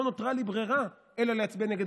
לא נותרה לי ברירה אלא להצביע נגד.